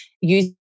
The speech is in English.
use